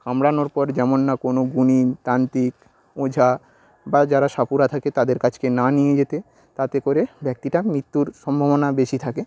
কামড়ানোর পর যেমন না কোনও গুণিন তান্ত্রিক ওঝা বা যারা সাপুড়ে থাকে তাদের কাছকে না নিয়ে যেতে তাতে করে ব্যক্তিটা মৃত্যুর সম্ভাবনা বেশি থাকে